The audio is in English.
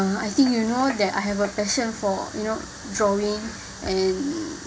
uh I think you know that I have a passion for you know drawing and